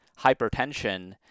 hypertension